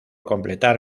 completar